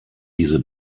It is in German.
diese